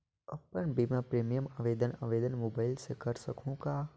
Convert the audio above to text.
अपन बीमा प्रीमियम आवेदन आवेदन मोबाइल से कर सकहुं का?